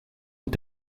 est